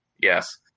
Yes